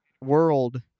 world